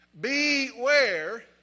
beware